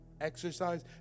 exercise